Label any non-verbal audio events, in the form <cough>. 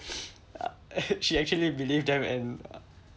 <noise> she actually believed them and uh